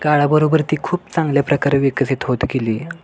काळाबरोबर ती खूप चांगल्या प्रकारे विकसित होत गेली आहे